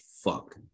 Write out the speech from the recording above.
fuck